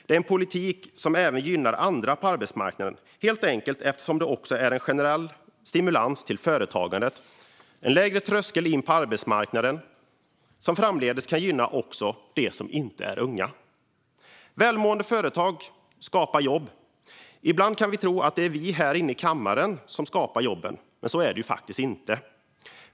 Det är en politik som även gynnar andra på arbetsmarknaden, helt enkelt eftersom det också är en generell stimulans till företagandet, en lägre tröskel in på arbetsmarknaden, som framdeles kan gynna också dem som inte är unga. Välmående företag skapar jobb. Ibland kan vi tro att det är vi här inne i kammaren som faktiskt skapar arbeten, men så är det inte.